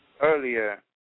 Earlier